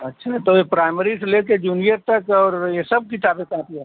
अच्छा तो ये प्राइमरी से लेके जूनियर तक और ये सब किताबें कापियाँ